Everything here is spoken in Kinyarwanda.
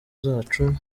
zacu